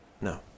No